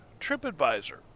TripAdvisor